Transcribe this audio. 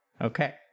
Okay